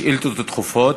שאילתות דחופות.